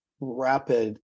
rapid